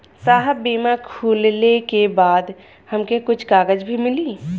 साहब बीमा खुलले के बाद हमके कुछ कागज भी मिली?